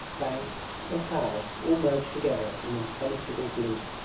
banks, and cloud all merged together in impenetrable gloom.